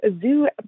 zoo